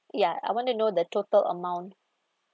ya I want to know the total amount